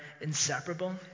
inseparable